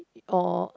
or